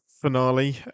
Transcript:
finale